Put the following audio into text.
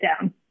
down